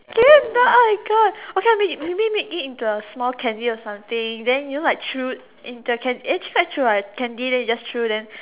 can you not oh my god okay I mean you mean make it into a small candy or something then you know like chew in the candy actually chew the candy you just chew then